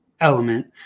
element